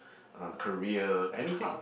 uh career anything